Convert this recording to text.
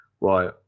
Right